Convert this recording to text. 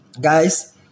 guys